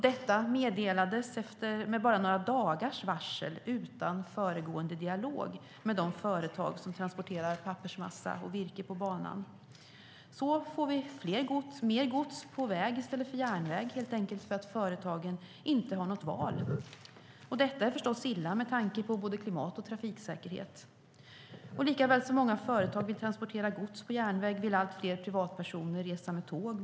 Detta meddelades med bara några dagars varsel, utan föregående dialog med de företag som transporterar pappersmassa och virke på banan. Så får vi mer gods på väg i stället för på järnväg - företagen har helt enkelt inget val. Detta är förstås illa med tanke på både klimat och trafiksäkerhet. Liksom många företag vill transportera gods på järnväg vill allt fler privatpersoner resa med tåg.